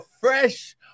fresh